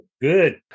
Good